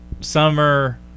Summer